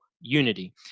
unity